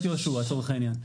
סליחה, בית יהושע לצורך העניין.